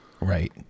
Right